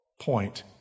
point